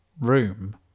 room